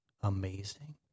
amazing